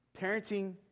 Parenting